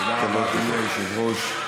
תודה רבה, אדוני היושב-ראש.